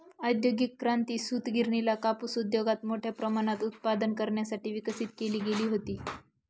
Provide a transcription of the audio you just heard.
औद्योगिक क्रांती, सूतगिरणीला कापूस उद्योगात मोठ्या प्रमाणात उत्पादन करण्यासाठी विकसित केली गेली होती